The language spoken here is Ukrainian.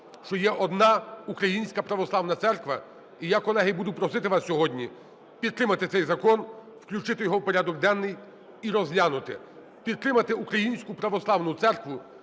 що є одна українська Православна Церква. І я, колеги, буду просити вас сьогодні підтримати цей закон, включити його у порядок денний і розглянути, підтримати українську Православну Церкву,